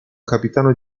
capitano